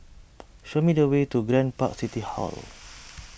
show me the way to Grand Park City Hall